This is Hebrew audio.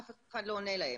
אף אחד לא עונה להם.